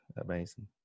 amazing